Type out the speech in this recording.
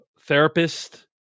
Therapist